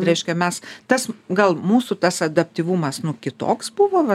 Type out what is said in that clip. reiškia mes tas gal mūsų tas adaptyvumas nu kitoks buvo va